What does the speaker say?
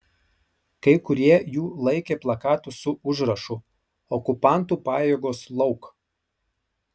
kai kurie jų laikė plakatus su užrašu okupantų pajėgos lauk